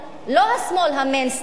לא השמאל המיינסטרים,